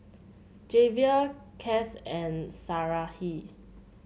Javier Cas and Sarahi